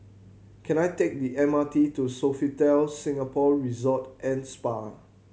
can I take the M R T to Sofitel Singapore Resort and Spa